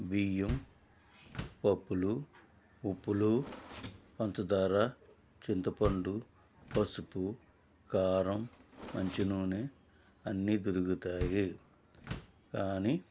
బియ్యం పప్పులు ఉప్పులు పంచదార చింతపండు పసుపు కారం మంచినూనె అన్నీ దొరుకుతాయి కానీ